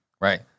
right